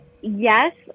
yes